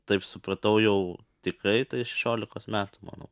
taip supratau jau tikrai tai šešiolikos metų manau